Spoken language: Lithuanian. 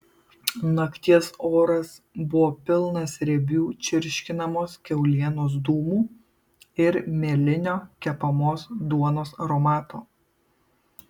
nakties oras buvo pilnas riebių čirškinamos kiaulienos dūmų ir mielinio kepamos duonos aromato